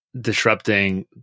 disrupting